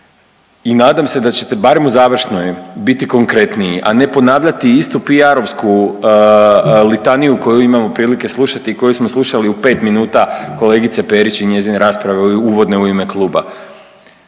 i nadam se da ćete barem u završnoj biti konkretniji, a ne ponavljati istu PR-ovsku litaniju koju imamo prilike slušati i koju smo slušali u 5 minuta kolegice Perić i njezine rasprave uvodne u ime kluba.